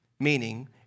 meaning